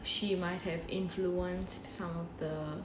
she might have influenced some of the